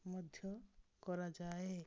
ମଧ୍ୟ କରାଯାଏ